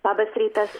labas rytas